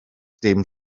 dim